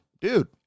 dude